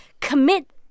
commit